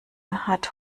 hat